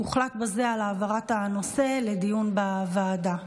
הוחלט בזאת על העברת הנושא לדיון בוועדה.